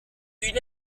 une